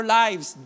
lives